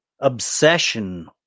Obsession